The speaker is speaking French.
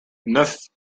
neuf